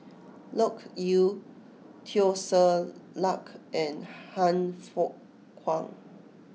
Loke Yew Teo Ser Luck and Han Fook Kwang